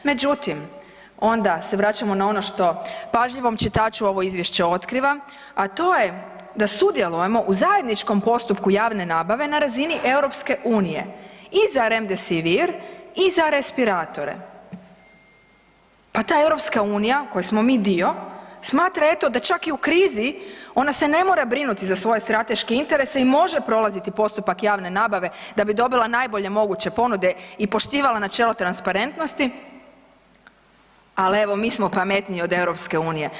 Međutim, onda se vraćamo na ono što pažljivom čitaču ovo izvješće otkriva, a to je da sudjelujemo u zajedničkom postupku javne nabave na razini EU i za Remdesivir i za respiratore, pa ta EU koje smo mi dio smatra eto da čak i u krizi ona se ne mora brinuti za svoje strateške interese i može prolaziti postupak javne nabave da bi dobila najbolje moguće ponude i poštivala načelo transparentnosti, al evo mi smo pametniji od EU.